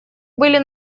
были